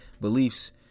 beliefs